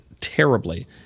terribly